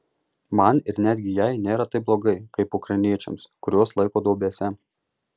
man ir netgi jai nėra taip blogai kaip ukrainiečiams kuriuos laiko duobėse